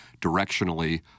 directionally